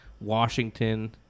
Washington